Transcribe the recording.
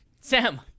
Sam